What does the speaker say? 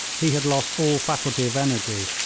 he had lost all faculty of energy,